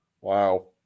Wow